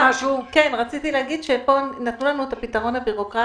רציתי להגיד שפה נתנו לנו את הפתרון הבירוקרטי.